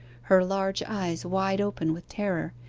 her large eyes wide open with terror,